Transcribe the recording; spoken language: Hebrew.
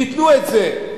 תיתנו את זה.